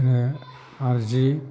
नार्जि